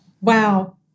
Wow